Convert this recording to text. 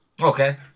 Okay